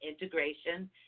integration